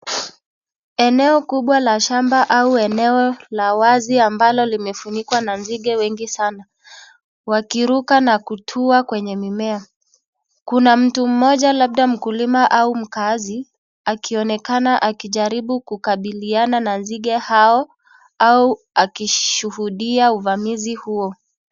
Eneo kubwa la shamba au eneo la wazi ambao limemefunikwa na nzige wengi sana, wakiruka na kutua kwenye mimmea, kuna mtu moja landa mkulima au mkaazi akionekana akijaribu kukabiliana na nzige hao au kushuhudia uvamizi huo.